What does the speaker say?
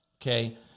okay